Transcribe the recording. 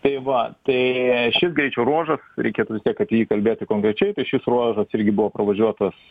tai va tai šis greičio ruožas reikėtų vis tiek apie jį kalbėti konkrečiai šis ruožas irgi buvo pravažiuotas